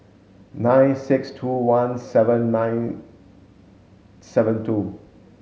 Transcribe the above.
nine six two one seven nine seven two